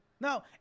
No